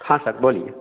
हाँ सर बोलिए